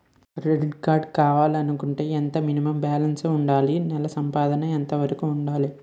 Credit card కావాలి అనుకుంటే ఎంత మినిమం బాలన్స్ వుందాలి? నెల సంపాదన ఎంతవరకు వుండాలి?